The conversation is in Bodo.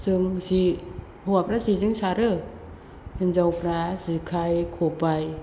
जों जे हौवाफ्रा जेजों सारो हिनजावफ्रा जेखाइ खबाइजों